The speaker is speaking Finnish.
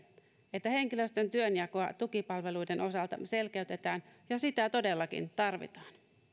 että henkilöstön työnjakoa tukipalveluiden osalta selkeytetään ja sitä todellakin tarvitaan